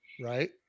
Right